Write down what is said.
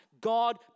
God